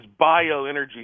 bioenergy